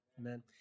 amen